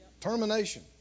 termination